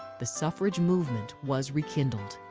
the suffrage movement was rekindled.